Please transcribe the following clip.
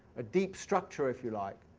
a deep structure, if you like,